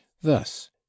Thus